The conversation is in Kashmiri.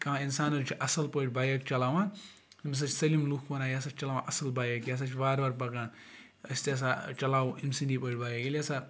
کانٛہہ اِنسان حظ چھُ اَصٕل پٲٹھۍ بایِک چَلاوان أمِس حظ چھِ سٲلِم لوٗکھ وَنان یہِ ہَسا چھِ چَلاوان اَصٕل بایِک یہِ ہَسا چھِ وارٕ وارٕ پَکان أسۍ تہِ ہَسا چَلاوَو أمۍ سٕنٛدی پٲٹھۍ بایِک ییٚلہِ ہَسا